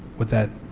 with that